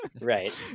Right